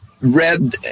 read